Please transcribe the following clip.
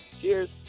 Cheers